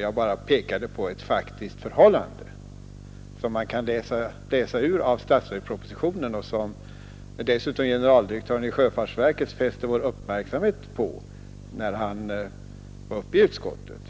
Jag bara pekade på ett faktiskt förhållande som man kan läsa ut ur statsverkspropositionen och som dessutom generaldirektören i sjöfartsverket fäste vår uppmärksamhet på när han var uppe i utskottet,